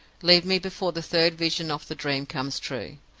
leave me before the third vision of the dream comes true.